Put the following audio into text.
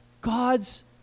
God's